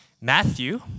Matthew